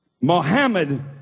Muhammad